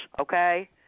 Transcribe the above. Okay